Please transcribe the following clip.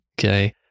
okay